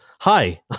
hi